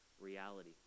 reality